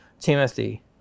Timothy